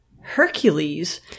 Hercules